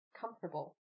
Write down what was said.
comfortable